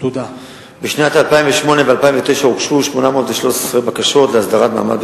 בשנת 2008 ו-2009 הוגשו 813 בקשות להסדרת מעמד,